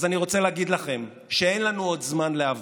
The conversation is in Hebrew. אז אני רוצה להגיד לכם שאין לנו עוד זמן ל"אבל".